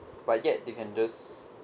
but yet they can just